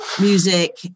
music